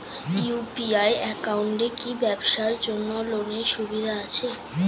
UPI একাউন্টে কি ব্যবসার জন্য লোনের সুবিধা আছে?